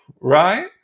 right